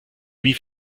wie